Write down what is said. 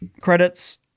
credits